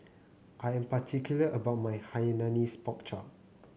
I am particular about my Hainanese Pork Chop